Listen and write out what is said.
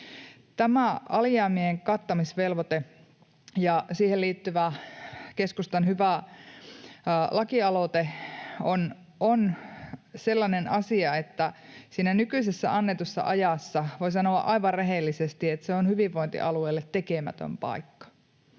Tämä alijäämien kattamisvelvoite ja siihen liittyvä keskustan hyvä lakialoite on sellainen asia, että voi sanoa aivan rehellisesti, että siinä nykyisessä annetussa ajassa se on hyvinvointialueille tekemätön paikka.